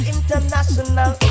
International